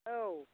औ